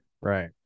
Right